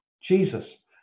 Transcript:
Jesus